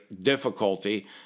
difficulty